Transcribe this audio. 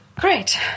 Great